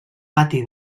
pati